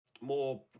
more